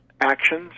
actions